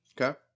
Okay